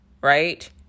right